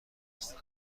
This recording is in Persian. هستند